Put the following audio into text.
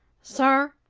sir,